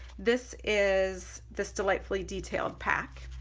this is this delightfully detailed pack,